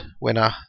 winner